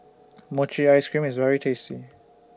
Mochi Ice Cream IS very tasty